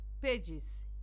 pages